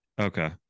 Okay